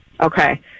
okay